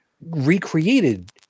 recreated